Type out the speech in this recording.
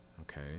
okay